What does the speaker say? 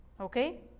Okay